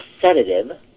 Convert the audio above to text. sedative